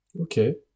Okay